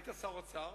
היית שר האוצר,